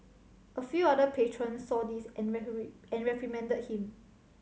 a few other patrons saw this and reprimand reprimanded him